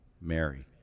Mary